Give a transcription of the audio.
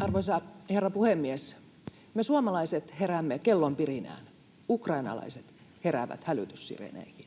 Arvoisa herra puhemies! Me suomalaiset heräämme kellon pirinään, ukrainalaiset heräävät hälytyssireeneihin.